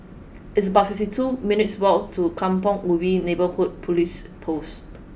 it's about fifty two minutes' walk to Kampong Ubi Neighbourhood Police Post